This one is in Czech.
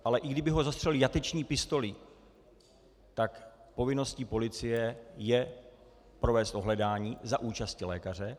Ale i kdyby ho zastřelili jateční pistolí, tak povinností policie je provést ohledání za účasti lékaře.